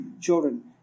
Children